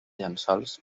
llençols